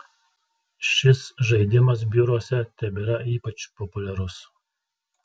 šis žaidimas biuruose tebėra ypač populiarus